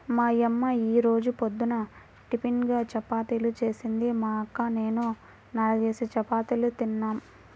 మా యమ్మ యీ రోజు పొద్దున్న టిపిన్గా చపాతీలు జేసింది, మా అక్క నేనూ నాల్గేసి చపాతీలు తిన్నాం